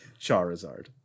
Charizard